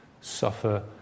suffer